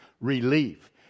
relief